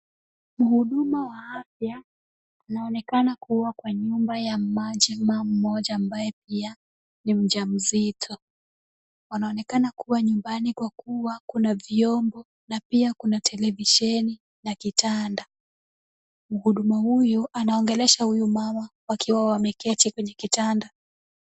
Mhudumu wa afya anaonekana kuwa kwa nyumba ya mmajima mmoja ambaye pia ni mjamzito. Anaonekana kuwa nyumbani kwa kuwa kuna vyombo na pia kuna televisheni na kitanda. Mhudumu huyu anaongelesha huyu mama wakiwa wameketi kwenye kitanda.